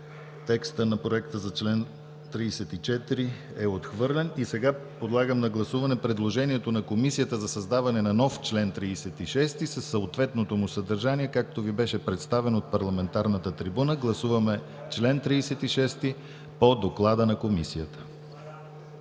Текстът на проекта за чл. 34 е отхвърлен. Сега подлагам на гласуване предложението на Комисията за създаване на нов чл. 36 със съответното му съдържание, както беше представен от парламентарната трибуна. Гласуваме чл. 36 по доклада на Комисията.